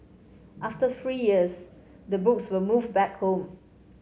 after three years the books were moved back home